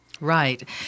Right